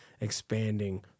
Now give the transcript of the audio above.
expanding